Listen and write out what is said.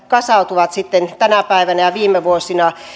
kasautuneet sitten tänä päivänä ja viime vuosina